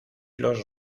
los